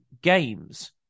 games